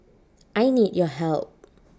I need your help